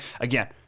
Again